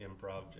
improv